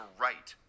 write